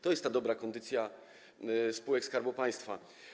To jest ta dobra kondycja spółek Skarbu Państwa.